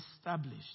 established